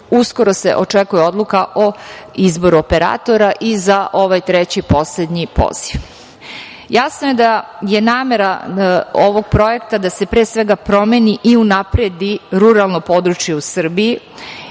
Uskoro se očekuje odluka o izboru operatora i za ovaj treći poslednji poziv. Jasno je da je namera ovog projekta da se pre svega promeni i unapredi ruralno područje u Srbiji